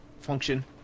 function